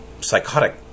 psychotic